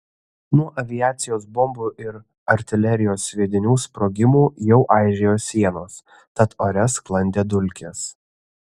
nuo aviacijos bombų ir artilerijos sviedinių sprogimų jau aižėjo sienos tad ore sklandė dulkės